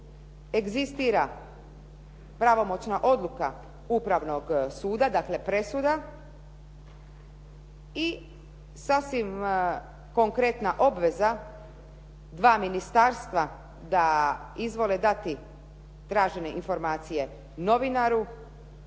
egzistira pravomoćna odluka Upravnog suda, dakle presuda i sasvim konkretna obveza dva ministarstva da izvole dati tražene informacije novinaru,